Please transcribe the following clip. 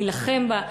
להילחם בה,